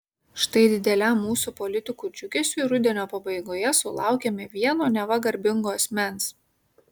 štai dideliam mūsų politikų džiugesiui rudenio pabaigoje sulaukėme vieno neva garbingo asmens